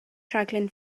rhaglen